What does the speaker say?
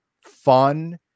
fun